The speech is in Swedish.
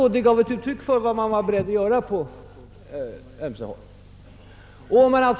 Det var också ett uttryck för vad man var beredd att göra på ömse håll.